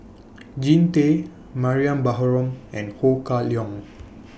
Jean Tay Mariam Baharom and Ho Kah Leong